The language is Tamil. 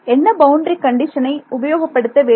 என்ன பவுண்டரி கண்டிஷனை உபயோகப்படுத்த வேண்டும்